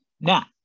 Now